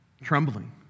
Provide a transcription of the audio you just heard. trembling